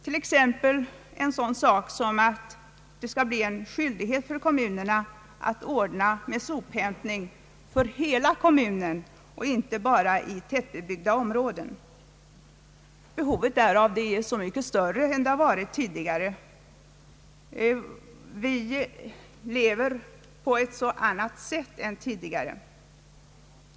Man kan t.ex. tillse att det blir en skyldighet för kommunerna att ordna med sophämtning för hela kommunen och inte bara i tätbebyggda områden. Behovet därav är mycket större än det varit tidigare. Vi lever på ett helt annat sätt än förr.